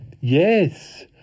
Yes